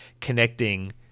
connecting